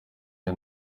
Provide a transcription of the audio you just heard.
iyo